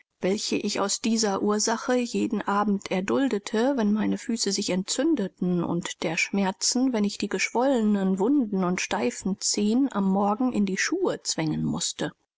welche ich aus dieser ursache jeden abend erduldete wenn meine füße sich entzündeten und der schmerzen wenn ich die geschwollenen wunden und steifen zehen am morgen in die schuhe zwängen mußte